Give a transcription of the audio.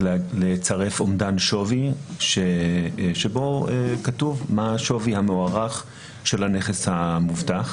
לצרף אומדן שווי שבו כתוב מה השווי המוערך של הנכס המבוטח.